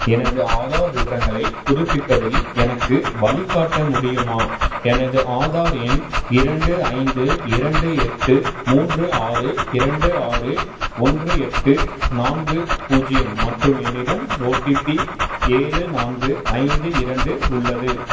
எனது ஆதார் விவரங்களைப் புதுப்பிப்பதில் எனக்கு வழிகாட்ட முடியுமா எனது ஆதார் எண் இரண்டு ஐந்து இரண்டு எட்டு மூன்று ஆறு இரண்டு ஆறு ஒன்று எட்டு நான்கு பூஜ்ஜியம் மற்றும் என்னிடம் ஓடிபி ஏழு நான்கு ஐந்து இரண்டு உள்ளது